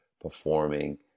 performing